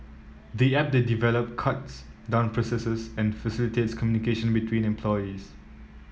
the app they developed cuts down processes and facilitates communication between employees